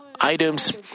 items